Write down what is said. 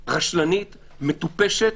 רשלנית, מטופשת,